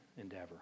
endeavor